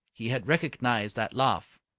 he had recognized that laugh.